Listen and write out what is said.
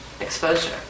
exposure